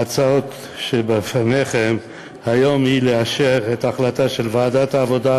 ההצעה שבפניכם היום היא לאשר את החלטת ועדת העבודה,